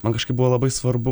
man kažkaip buvo labai svarbu